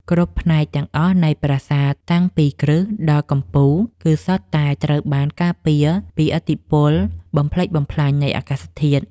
គ្រប់ផ្នែកទាំងអស់នៃប្រាសាទតាំងពីគ្រឹះដល់កំពូលគឺសុទ្ធតែត្រូវបានការពារពីឥទ្ធិពលបំផ្លិចបំផ្លាញនៃអាកាសធាតុ។